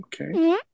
Okay